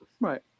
right